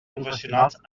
professionals